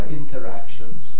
interactions